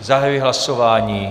Zahajuji hlasování.